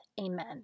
Amen